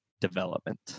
development